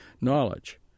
knowledge